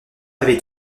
avait